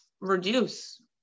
reduce